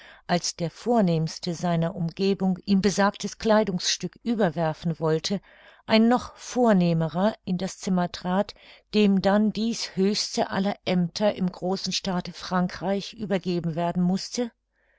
als der vornehmste seiner umgebung ihm besagtes kleidungsstück überwerfen wollte ein noch vornehmerer in das zimmer trat dem dann dies höchste aller aemter im großen staate frankreich übergeben werden mußte